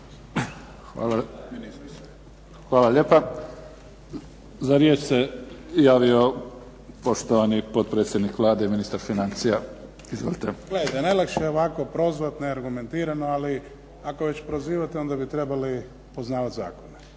Hvala lijepa. Za riječ se javio poštovani potpredsjednik Vlade i ministar financija. Izvolite. **Šuker, Ivan (HDZ)** Pa gledajte, najlakše je ovako prozvat neargumentirano, ali ako već prozivate onda bi trebali poznavat zakone,